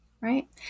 Right